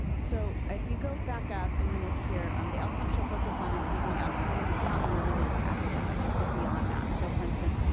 so if you go back up and you look here on the lcap should so focus on improving outcomes, its not limited to academic. it's beyond that. so for instance,